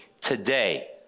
today